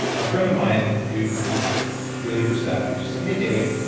a friend of mine who was really perceptive just said, hey dave,